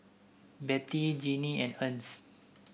Bette Jinnie and Ernst